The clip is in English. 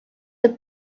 the